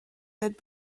had